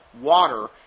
water